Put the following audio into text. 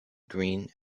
green